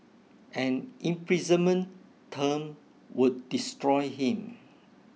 an imprisonment term would destroy him